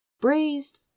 braised